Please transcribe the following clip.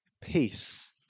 peace